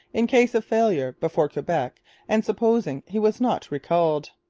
in case of failure before quebec and supposing he was not recalled.